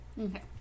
Okay